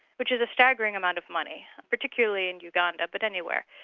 which is a staggering amount of money, particularly in uganda, but anywhere.